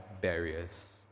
barriers